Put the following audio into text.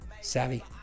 Savvy